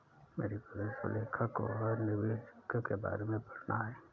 मेरी पत्नी सुलेखा को आज निवेश जोखिम के बारे में पढ़ना है